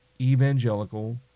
evangelical